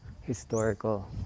historical